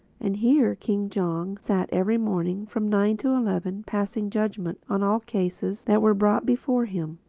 and here king jong sat every morning from nine to eleven passing judgment on all cases that were brought before him.